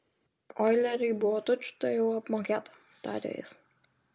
oileriui buvo tučtuojau apmokėta tarė jis